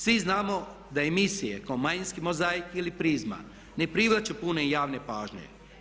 Svi znamo da emisije kao Manjinski mozaik ili Prizma ne privlače puno javne pažnje.